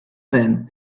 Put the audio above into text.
men